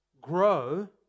grow